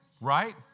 right